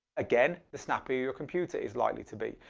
again, the snappier your computer is likely to be.